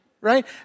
right